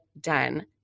done